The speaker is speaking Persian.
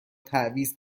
تعویض